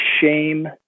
shame